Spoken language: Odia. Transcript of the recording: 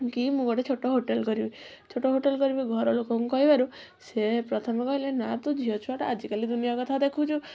କି ମୁଁ ଗୋଟେ ଛୋଟ ହୋଟେଲ କରିବି ଛୋଟ ହୋଟେଲ କରିବି ଘର ଲୋକଙ୍କୁ କହିବାରୁ ସେ ପ୍ରଥମେ କହିଲେ ନା ତୁ ଝିଅ ଛୁଆ ଟା ଆଜିକାଲି ଦୁନିଆ କଥା ଦେଖୁଛୁ